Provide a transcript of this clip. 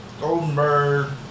Goldenberg